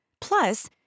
Plus